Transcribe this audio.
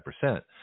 percent